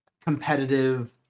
competitive